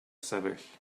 sefyll